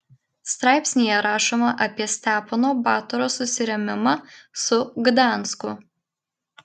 straipsnyje rašoma apie stepono batoro susirėmimą su gdansku